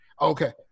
Okay